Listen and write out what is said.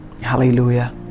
Hallelujah